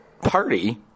party